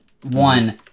One